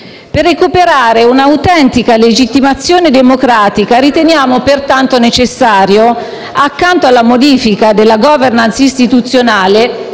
Per recuperare un'autentica legittimazione democratica riteniamo pertanto necessario, accanto alla modifica della *governance* istituzionale,